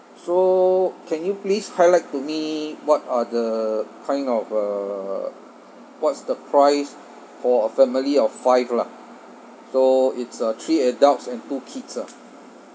so can you please highlight to me what are the kind of uh what's the price for a family of five lah so it's uh three adults and two kids ah